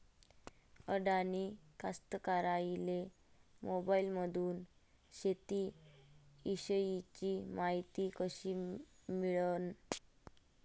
अडानी कास्तकाराइले मोबाईलमंदून शेती इषयीची मायती कशी मिळन?